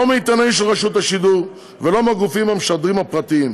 לא מעיתונאי של רשות השידור ולא מהגופים המשדרים הפרטיים.